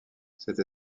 cette